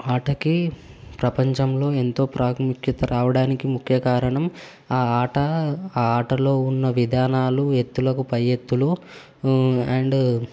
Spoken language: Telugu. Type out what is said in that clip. ఆటకి ప్రపంచంలో ఎంతో ప్రాముఖ్యత రావడానికి ముఖ్య కారణం ఆ ఆట ఆ ఆటలో ఉన్న విధానాలు ఎత్తులకు పై ఎత్తులు అండ్